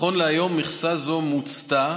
נכון להיום מכסה זו מוצתה,